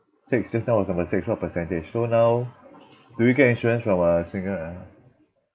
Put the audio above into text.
six just now was number six what percentage so now do you get insurance from a single ah